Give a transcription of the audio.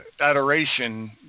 adoration